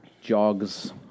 jogs